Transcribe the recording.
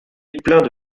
plein